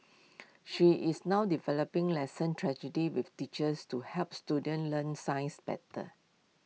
she is now developing lesson tragedies with teachers to help students learn science better